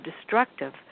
destructive